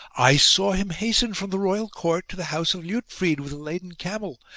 i saw him hasten from the royal court to the house of liutfrid with a laden camel.